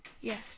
Yes